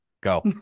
Go